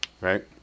right